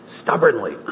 Stubbornly